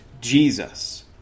Jesus